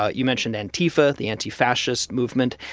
ah you mentioned antifa, the anti-fascist movement.